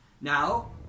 Now